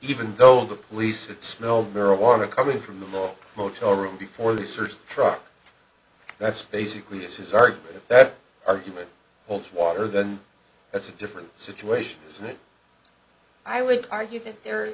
even though the police that smelled marijuana coming from the little motel room before the search truck that's basically this is argument that argument holds water then that's a different situation isn't it i would argue that there